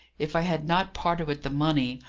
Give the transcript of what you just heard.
if i had not parted with the money,